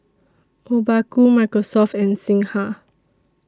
Obaku Microsoft and Singha